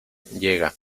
llega